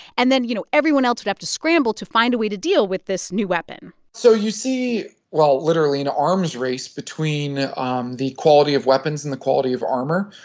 and then, you know, everyone else would have to scramble to find a way to deal with this new weapon so you see, well, literally an arms race between um the quality of weapons and the quality of armor.